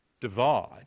divide